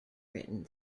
written